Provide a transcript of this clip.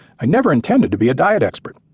i never intended to be a diet expert.